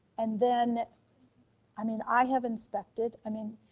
and then, i mean, i have inspected. i mean,